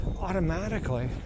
automatically